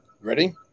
Ready